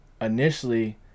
initially